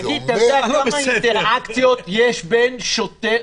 אתה יודע כמה אינטראקציות יש עם משטרה?